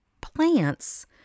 plants